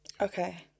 Okay